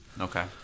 Okay